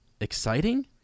exciting